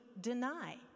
deny